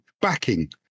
backing